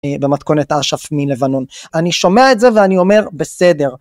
במתכונת אש״ף מלבנון. אני שומע את זה ואני אומר בסדר.